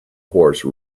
horse